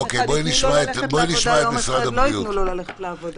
יום אחד יתנו לו ללכת לעבודה ויום אחד לא יתנו לו ללכת לעבודה.